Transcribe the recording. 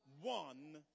One